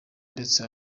ndetse